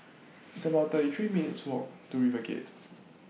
It's about thirty three minutes' Walk to RiverGate